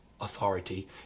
Authority